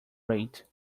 rate